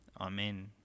Amen